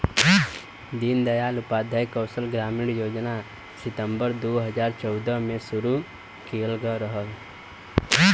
दीन दयाल उपाध्याय कौशल ग्रामीण योजना सितम्बर दू हजार चौदह में शुरू किहल गयल रहल